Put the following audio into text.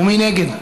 ומי נגד?